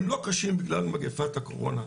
הם לא קשים בגלל מגפת הקורונה,